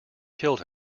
killed